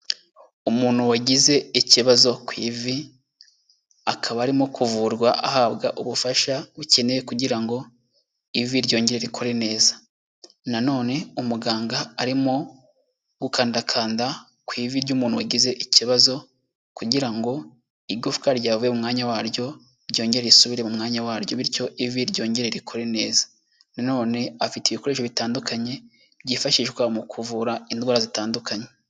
Umuntu wagize ikibazo ku ivi akaba arimo kuvurwa ahabwa ubufasha bukenewe kugira ngo ivi ryongere ikore neza. Nanone umuganga arimo gukandakanda ku ivi ry'umuntu wagize ikibazo kugira ngo igufwa ryavuye mwanya waryo ryongere risubire mu mwanya waryo bityo ivi ryongere rikore neza. Nanone afite ibikoresho bitandukanye byifashishwa mu kuvura indwara zitandukanye.